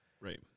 Right